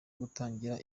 gutangira